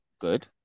good